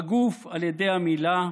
בגוף על ידי המילה,